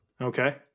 Okay